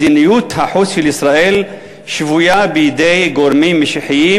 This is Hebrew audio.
מדיניות החוץ של ישראל שבויה בידי גורמים משיחיים